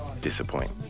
disappoint